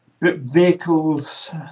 vehicles